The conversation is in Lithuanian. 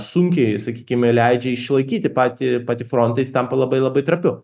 sunkiai sakykime leidžia išlaikyti patį patį frontą jis tampa labai labai trapiu